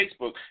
Facebook